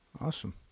Awesome